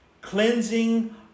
cleansing